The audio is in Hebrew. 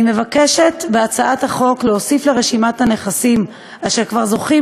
אני מבקשת בהצעת החוק להוסיף לרשימת הנכסים אשר כבר זוכים